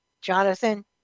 Jonathan